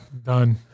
Done